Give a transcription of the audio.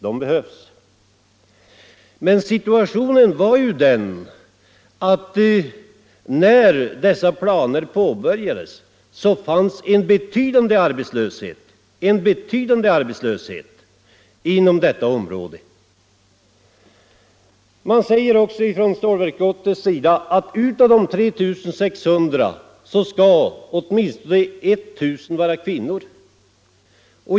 De behövs. Men situationen var den när dessa planer påbörjades att det fanns en betydande arbetslöshet inom detta område. Man säger också från Stålverk 80:s sida att av de 3 600 skall åtminstone 1000 vara kvinnor.